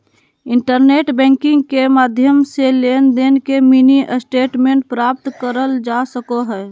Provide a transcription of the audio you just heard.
internet banking के माध्यम से लेनदेन के मिनी स्टेटमेंट प्राप्त करल जा सको हय